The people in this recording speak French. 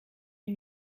une